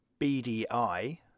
BDI